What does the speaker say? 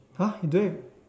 !huh! you don't have